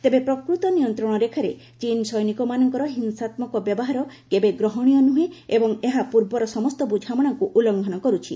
ତେବେ ପ୍ରକୃତ ନିୟନ୍ତ୍ରଣ ରେଖାରେ ଚୀନ୍ ସୈନିକମାନଙ୍କର ହିଂସାତ୍ମକ ବ୍ୟବହାର କେବେ ଗ୍ରହଣୀୟ ନୁହେଁ ଏବଂ ଏହା ପୂର୍ବର ସମସ୍ତ ବୁଝାମଣାକୁ ଉଲ୍ଲୁଙ୍ଘନ କରୁଛି